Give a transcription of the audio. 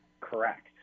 correct